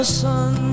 sun